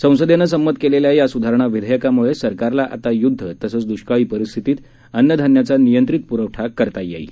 संसदेनं संमत केलेल्या या सुधारणा विधेयकामुळे सरकारला आता युद्ध तसंच दुष्काळी परिस्थितीत अन्न धान्याचा नियंत्रित पुरवठा करता येणार आहे